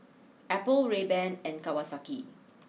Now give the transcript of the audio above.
Apple Rayban and Kawasaki